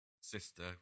sister